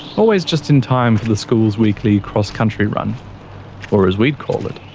always just in time for the school's weekly cross-country run or, as we'd call it,